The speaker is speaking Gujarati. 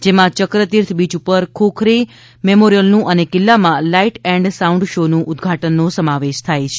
જેમાં યક્રતીર્થ બીચ પર ખોખરી મેમોરિયલનું અને કિલ્લામાં લાઇટ એન્ડ સાઉન્ડ શો નું ઉદ્વાટનનો સમાવેશ થાય છે